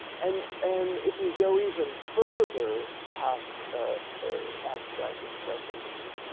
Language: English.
and and if you go even further past ah ah abstract expressionism,